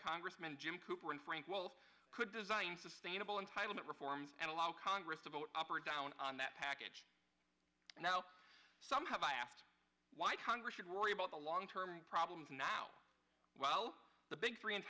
congressman jim cooper and frank wolf could design sustainable and high limit reforms and allow congress to vote up or down on that package now some have asked why congress should worry about the long term problems now well the big three